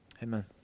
Amen